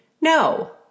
No